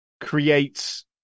creates